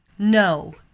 no